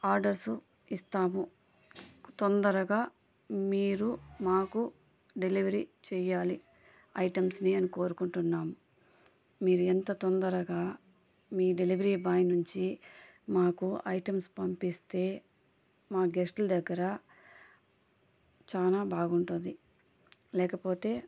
orders ఇస్తాము తొందరగా మీరు మాకు డెలివరీ చేయాలి ఐటమ్స్ని అని కోరుకుంటున్నాం మీరు ఎంత తొందరగా మీ డెలివరీ బాయ్ నుంచి మాకు ఐటమ్స్ పంపిస్తే మా గెస్ట్లు దగ్గర చాలా బాగుంటుంది లేకపోతే